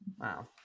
Wow